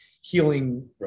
healing